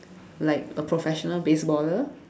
like a professional baseballer